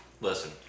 Listen